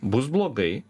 bus blogai